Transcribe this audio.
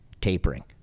tapering